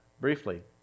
briefly